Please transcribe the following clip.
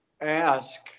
ask